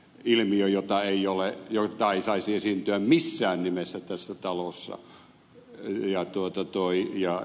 ilmiö jota ei saisi esiintyä missään nimessä tässä talossa